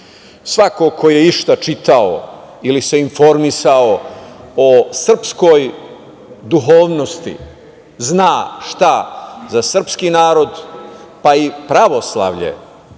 važno. Svako ko je išta čitao ili se informisao o srpskoj duhovnosti zna šta za srpski narod, pa i pravoslavlje